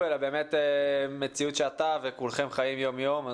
אלא באמת מציאות שאתה וכולכם חיים אותה יום-יום.